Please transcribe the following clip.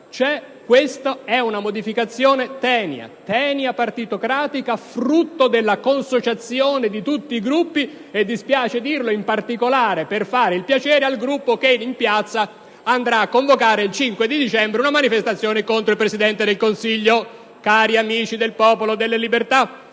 tratta di una «modificazione tenia»: la tenia partitocratica frutto della consociazione di tutti i Gruppi e - dispiace dirlo - fatta in particolare per fare un piacere al Gruppo che ha convocato in piazza, il 5 dicembre, una manifestazione contro il Presidente del Consiglio, cari amici del Popolo della Libertà.